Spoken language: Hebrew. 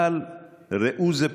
אבל ראו זה פלא,